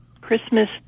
Christmas